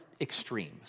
extremes